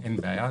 אין בעיה.